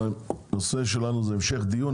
הנושא שלנו זה המשך דיון,